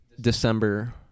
December